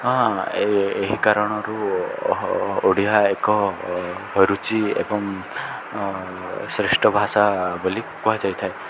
ହଁ ଏହି କାରଣରୁ ଓଡ଼ିଆ ଏକ ରୁଚି ଏବଂ ଶ୍ରେଷ୍ଠ ଭାଷା ବୋଲି କୁହାଯାଇଥାଏ